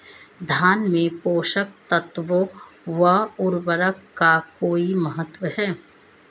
धान में पोषक तत्वों व उर्वरक का कोई महत्व है?